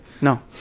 No